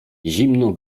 zimno